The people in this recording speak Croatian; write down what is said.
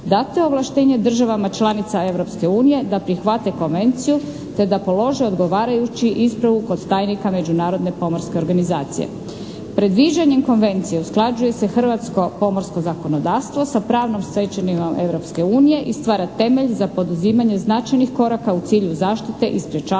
je ovlaštenje državama članica Europske unije da prihvate konvenciju te da polože odgovarajuću ispravu kod tajnika Međunarodne pomorske organizacije. Predviđanjem konvencije usklađuje se hrvatsko pomorsko zakonodavstvo sa pravnom stečevinom Europske unije i stvara temelj za poduzimanje značajnih koraka u cilju zaštite i sprečavanja